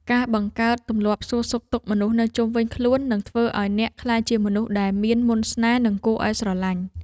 ការបង្កើតទម្លាប់សួរសុខទុក្ខមនុស្សនៅជុំវិញខ្លួននឹងធ្វើឱ្យអ្នកក្លាយជាមនុស្សដែលមានមន្តស្នេហ៍និងគួរឱ្យស្រឡាញ់។